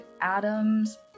atoms